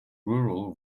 rural